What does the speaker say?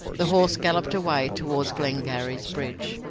the horse galloped away towards glengarry's bridge.